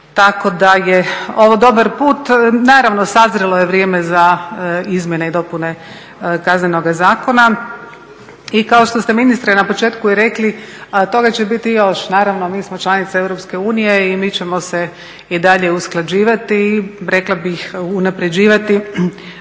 tako da je ovo dobar put. Naravno, sazrelo je vrijeme za izmjene i dopune Kaznenoga zakona. I kao što ste ministre na početku i rekli toga će biti i još. Naravno, mi smo članica EU i mi ćemo se i dalje usklađivati i rekla bih unapređivati